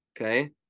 okay